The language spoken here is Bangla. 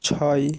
ছয়